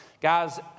Guys